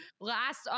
last